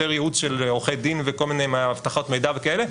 עם יותר ייעוץ של עורכי דין וכל מיני אבטחות מידע וכאלה,